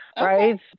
right